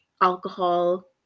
alcohol